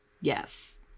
yes